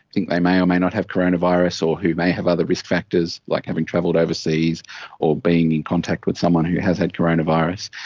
think they may or may not have coronavirus or who may have other risk factors like having travelled overseas or been in contact with someone who has had coronavirus.